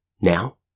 Now